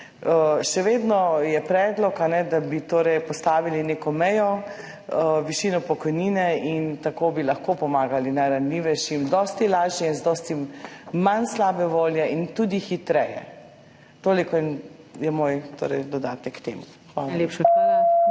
Še vedno je predlog, da bi postavili neko mejno višino pokojnine in tako bi lahko pomagali najranljivejšim dosti lažje in z dosti manj slabe volje in tudi hitreje. Toliko je moj dodatek k temu. Hvala.